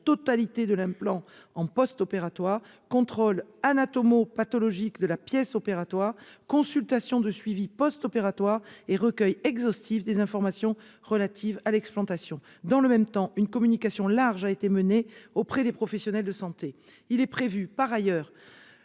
totalité de l'implant en postopératoire, un contrôle anatomopathologique de la pièce opératoire, une consultation de suivi postopératoire et un recueil exhaustif des informations relatives à l'explantation. Dans le même temps, une communication large a été menée auprès des professionnels de santé. Il est prévu par ailleurs